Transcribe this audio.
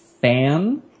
fan